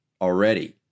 already